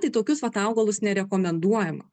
tai tokius vat augalus nerekomenduojama